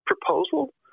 proposal